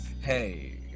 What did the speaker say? Hey